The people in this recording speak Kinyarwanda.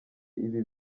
ibi